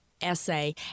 essay